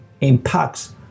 impacts